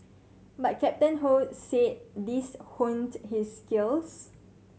but Captain Ho said these honed his skills